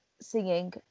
singing